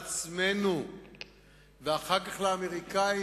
לעצמנו ואחר כך לאמריקנים,